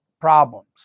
problems